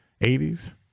80s